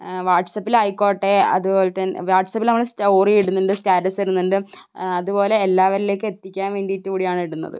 വാട്സാപ്പിലായിക്കോട്ടെ അതുപോലെത്തന്നെ വാട്സാപ്പിൽ നമ്മൾ സ്റ്റോറിയിടുന്നുണ്ട് സ്റ്റാറ്റസ് ഇടുന്നുണ്ട് അതുപോലെ എല്ലാവരിലേക്കും എത്തിക്കാൻ വേണ്ടിയിട്ട് കൂടിയാണിടുന്നത്